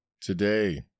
Today